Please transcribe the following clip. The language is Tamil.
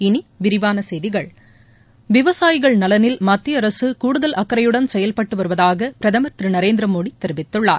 இனி விரிவான செய்திகள் விவசாயிகள் நலனில் மத்திய அரசு கூடுதல் அக்கறையுடன் செயல்பட்டு வருவதாக பிரதமர் திரு நரேந்திரமோடி தெரிவித்துள்ளார்